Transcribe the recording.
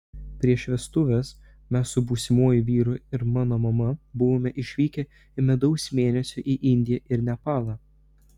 prieš vestuves mes su būsimuoju vyru ir mano mama buvome išvykę medaus mėnesio į indiją ir nepalą